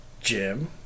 Jim